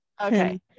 Okay